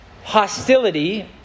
Hostility